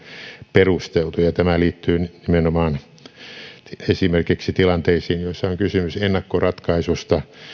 perusteltu tämä liittyy esimerkiksi tilanteisiin joissa on kysymys ennakkoratkaisusta